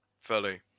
Fully